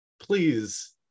please